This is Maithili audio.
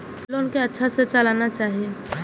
लोन के अच्छा से चलाना चाहि?